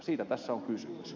siitä tässä on kysymys